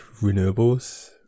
renewables